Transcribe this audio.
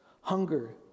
hunger